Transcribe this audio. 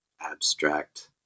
abstract